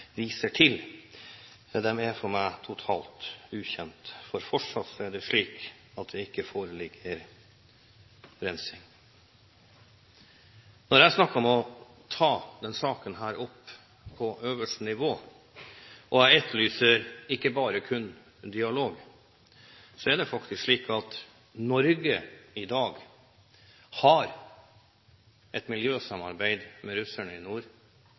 til, er for meg totalt ukjent. Fortsatt er det slik at det ikke foreligger rensing. Når jeg snakker om å ta denne saken opp på øverste nivå – og jeg etterlyser ikke kun en dialog – er det fordi Norge i dag har et miljøsamarbeid med russerne i nord